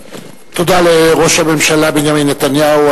תודה לראש הממשלה בנימין נתניהו.